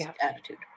attitude